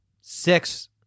six